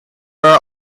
are